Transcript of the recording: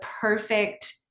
perfect